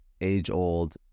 age-old